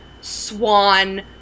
swan